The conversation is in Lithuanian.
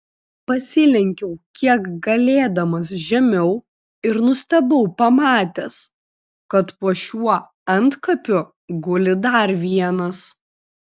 pasilenkiau kiek galėdamas žemiau ir nustebau pamatęs kad po šiuo antkapiu guli dar vienas